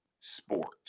sports